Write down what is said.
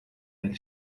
del